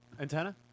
Antenna